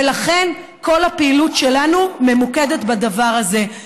ולכן כל הפעילות שלנו ממוקדת בדבר הזה.